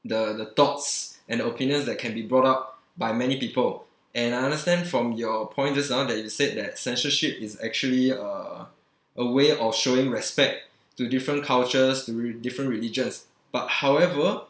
the the thoughts and opinions that can be brought up by many people and I understand from your point just now that you said that censorship is actually uh a way of showing respect to different cultures di~ different religions but however